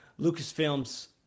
Lucasfilm's